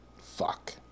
Fuck